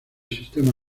sistema